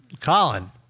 Colin